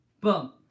Boom